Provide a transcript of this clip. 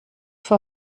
vor